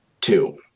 two